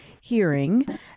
hearing